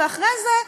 ואחרי זה,